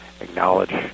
acknowledge